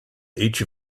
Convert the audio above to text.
each